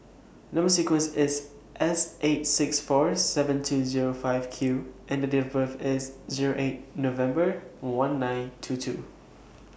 Number sequence IS S eight six four seven two Zero five Q and The Date of birth IS Zero eight November one nine two two